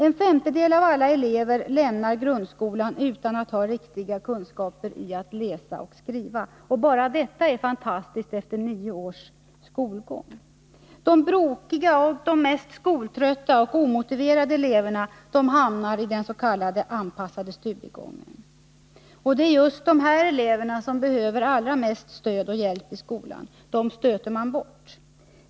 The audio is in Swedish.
En femtedel av alla elever lämnar grundskolan utan att ha riktiga kunskaper i att läsa och skriva. Bara detta är fantastiskt efter nio års skolgång. De bråkiga och mest skoltrötta och mest omotiverade eleverna hamnar i den s.k. anpassade studiegången. Det är just dessa elever som behöver allra mest stöd och hjälp i skolan. Dem stöter man bort.